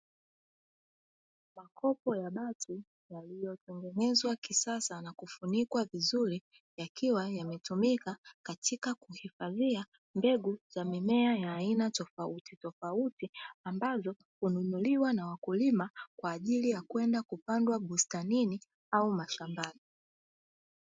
Makopo ya bati, yaliyo tengenezwa kisasa na kufunikwa vizuri, yakiwa yametumika katika kuhifadhia mbegu za mimea ya aina tofauti tofauti, ambazo hununuliwa na wakulima, kwa ajili ya kwenda kupandwa bustanini au mashambani.